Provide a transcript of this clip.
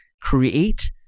create